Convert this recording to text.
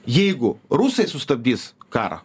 jeigu rusai sustabdys karą